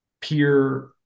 peer